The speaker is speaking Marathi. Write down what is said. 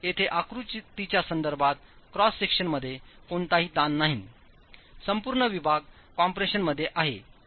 तरयेथे आकृतीच्यासंदर्भात क्रॉस सेक्शनमध्ये कोणताही ताण नाही संपूर्ण विभागकॉम्प्रेशनमध्ये आहे